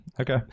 Okay